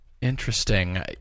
Interesting